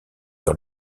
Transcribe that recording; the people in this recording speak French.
dans